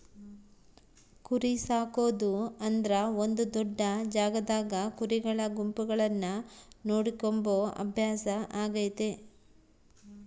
ಕುರಿಸಾಕೊದು ಅಂದ್ರ ಒಂದು ದೊಡ್ಡ ಜಾಗದಾಗ ಕುರಿಗಳ ಗುಂಪುಗಳನ್ನ ನೋಡಿಕೊಂಬ ಅಭ್ಯಾಸ ಆಗೆತೆ